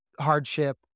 hardship